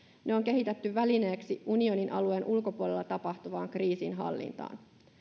ne on kehitetty välineeksi unionin alueen ulkopuolella tapahtuvaan kriisinhallintaan